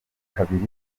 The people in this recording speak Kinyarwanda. kabiri